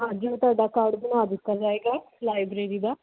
ਹਾਂਜੀ ਹਾਂ ਤੁਹਾਡਾ ਕਾਰਡ ਬਣਾ ਦਿਤਾ ਜਾਏਗਾ ਲਾਈਬ੍ਰੇਰੀ ਦਾ